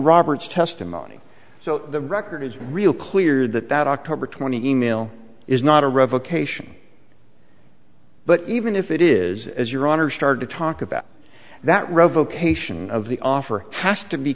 roberts testimony so the record is real clear that that october twenty eighth mail is not a revocation but even if it is as your honor started to talk about that revocation of the offer has to be